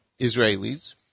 Israelis